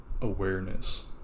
awareness